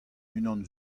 unan